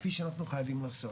כפי שאנחנו חייבים לעשות.